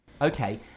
Okay